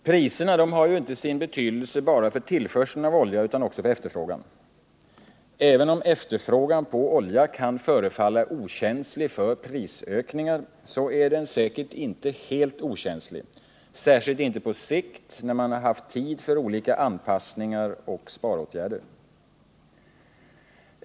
Priserna har sin betydelse inte bara för tillförseln av olja utan också för efterfrågan på olja. Även om efterfrågan kan förefalla okänslig för prisökningar är den säkert inte helt okänslig, särskilt inte på sikt när man haft tid att genomföra olika anpassningar och sparåtgärder.